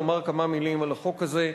אני רוצה לומר כמה מלים על החוק הזה.